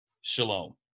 Shalom